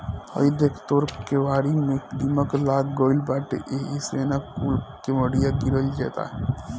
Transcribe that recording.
हइ देख तोर केवारी में दीमक लाग गइल बाटे एही से न कूल केवड़िया गिरल जाता